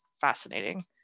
fascinating